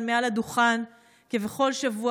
בשבוע שעבר עמדתי כאן מעל לדוכן כבכל שבוע